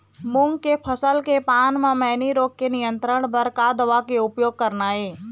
मूंग के फसल के पान म मैनी रोग के नियंत्रण बर का दवा के उपयोग करना ये?